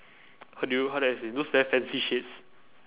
how do you how do I say those very fancy shades